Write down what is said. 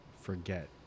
forget